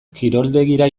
kiroldegira